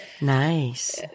nice